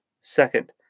Second